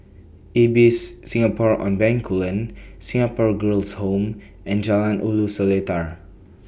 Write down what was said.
Ibis Singapore on Bencoolen Singapore Girls' Home and Jalan Ulu Seletar